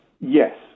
yes